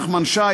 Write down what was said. נחמן שי,